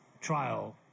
trial